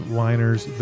liners